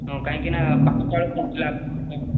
ହଁ କାହିଁକି ନା ପାଞ୍ଚଟା ବେଳେ ପହଞ୍ଚିଲେ ଆପଣ